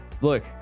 look